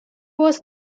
was